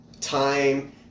time